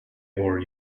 other